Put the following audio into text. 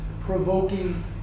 provoking